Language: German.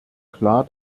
klar